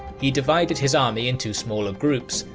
he divided his army into smaller groups,